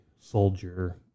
Soldier